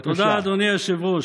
תודה, אדוני היושב-ראש.